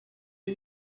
are